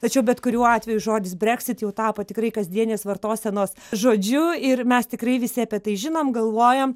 tačiau bet kuriuo atveju žodis breksit jau tapo tikrai kasdienės vartosenos žodžiu ir mes tikrai visi apie tai žinom galvojam